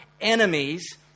enemies